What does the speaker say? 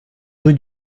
rue